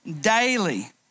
Daily